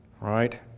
right